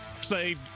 say